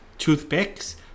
toothpicks